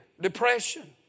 depression